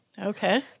Okay